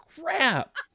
crap